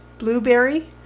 Blueberry